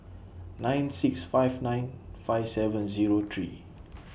nine six five nine five seven Zero three